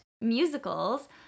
musicals